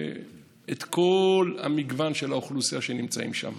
את כל המגוון של האוכלוסייה שנמצאת שם,